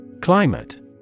Climate